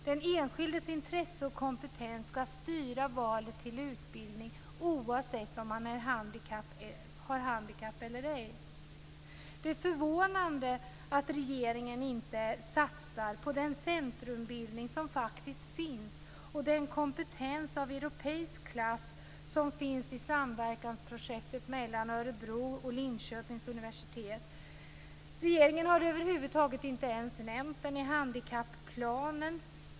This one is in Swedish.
Den enskildes intresse och kompetens ska styra valet av utbildning oavsett om man har handikapp eller ej. Det är förvånande att regeringen inte satsar på den centrumbildning som faktiskt finns och den kompetens av europeisk klass som finns i samverkansprojektet mellan Örebros och Linköpings universitet. Regeringen har över huvud tagit inte ens nämnt det i handikapplanen.